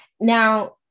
now